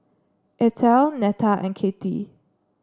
Ethel Netta and Cathy